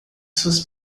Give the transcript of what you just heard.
suas